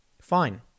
fine